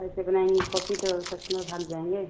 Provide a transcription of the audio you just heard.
ऐसे बनाएँगी कॉफ़ी तो कश्टमर भाग जाऍंगे